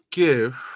give